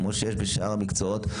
כמו שיש בשאר המקצועות.